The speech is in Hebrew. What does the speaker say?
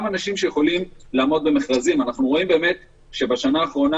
הנתונים מראים שבשנה האחרונה